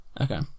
Okay